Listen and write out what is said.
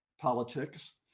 politics